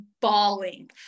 bawling